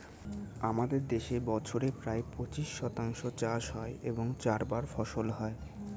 আমাদের দেশে বছরে প্রায় পঁচিশ শতাংশ চাষ হয় এবং চারবার ফসল হয়